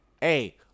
Hey